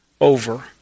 over